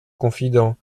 confident